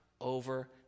over